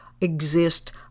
exist